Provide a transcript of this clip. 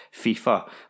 FIFA